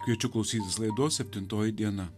kviečiu klausytis laidos septintoji diena